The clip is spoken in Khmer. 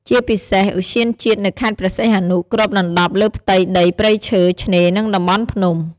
ជាពិសេស ឧទ្យានជាតិនៅខេត្តព្រះសីហនុ គ្របដណ្តប់លើផ្ទៃដីព្រៃឈើ ឆ្នេរ និងតំបន់ភ្នំ។